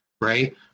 right